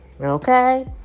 Okay